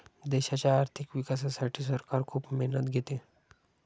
देशाच्या आर्थिक विकासासाठी सरकार खूप मेहनत घेते